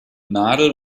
nadel